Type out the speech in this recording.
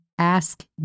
Ask